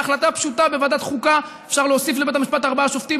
בהחלטה פשוטה בוועדת חוקה אפשר להוסיף לבית המשפט ארבעה שופטים,